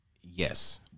Yes